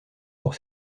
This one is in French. pour